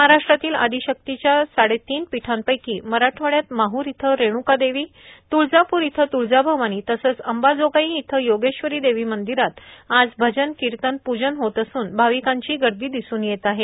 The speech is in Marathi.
महाराष्ट्रातल्या आदिशक्तीच्या साडेतीन पीठांपैकी मराठवाड्यात माहर इथं रेणुका देवी तुळजापूर इथं तुळजाभवानी तसंच अंबाजोगाई इथं योगेश्वरी देवी मंदिरात आज भजन कीर्तन पूजन होत असून भाविकांची गर्दी दिसून येत आहे